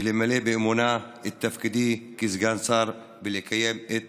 למלא באמונה את תפקידי כסגן שר ולקיים את